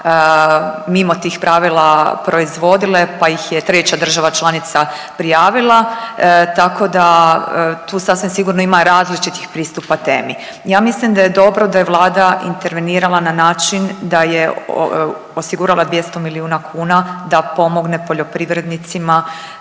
mimo tih pravila proizvodile pa ih je treća država članica prijavila, tako tu sasvim sigurno ima različitih pristupa temi. Ja mislim da je dobro da je vlada intervenirala na način da je osigurala 200 miliona kuna da pomogne poljoprivrednicima